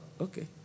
Okay